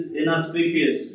inauspicious